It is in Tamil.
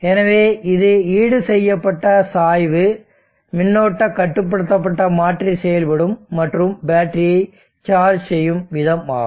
எனவே இது ஈடுசெய்யப்பட்ட சாய்வு மின்னோட்ட கட்டுப்படுத்தப்பட்ட மாற்றி செயல்படும் மற்றும் பேட்டரியை சார்ஜ் செய்யும் விதம் ஆகும்